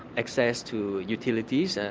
access to utilities, and